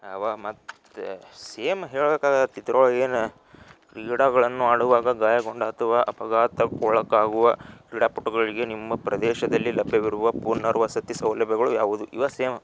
ಅವೇ ಮತ್ತೆ ಸೇಮ್ ಹೇಳ್ಬೇಕಾಗತ್ತೆ ಇದ್ರೊಳಗೆ ಏನು ಕ್ರೀಡೆಗಳನ್ನು ಆಡುವಾಗ ಗಾಯಗೊಂಡು ಅಥ್ವಾ ಅಪಘಾತಕ್ಕೆ ಒಳಗಾಗುವ ಕ್ರೀಡಾಪಟುಗಳಿಗೆ ನಿಮ್ಮ ಪ್ರದೇಶದಲ್ಲಿ ಲಭ್ಯವಿರುವ ಪುನರ್ವಸತಿ ಸೌಲಭ್ಯಗಳು ಯಾವುದು ಇವೇ ಸೇಮ್